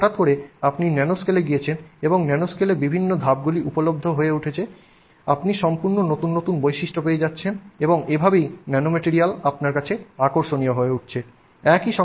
এখন হঠাৎ করে আপনি ন্যানোস্কেলে গিয়েছেন এবং নানোস্কলে বিভিন্ন ধাপগুলি উপলভ্য হয়ে উঠছে আপনি সম্পূর্ণ নতুন নতুন বৈশিষ্ট্য পেয়ে যাচ্ছেন এবং এভাবেই ন্যানোম্যাটরিয়াল আপনার কাছে আকর্ষণীয় হয়ে উঠছে